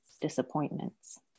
disappointments